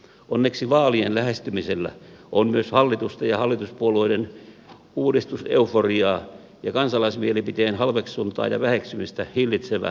onneksi vaalien lähestymisellä on myös hallitusta ja hallituspuolueiden uudistuseuforiaa ja kansalaismielipiteen halveksuntaa ja väheksymistä hillitsevä vaikutus